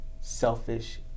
selfish